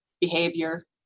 behavior